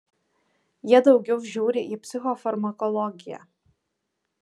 jie daugiau žiūri į psichofarmakologiją